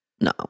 no